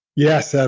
yes, ah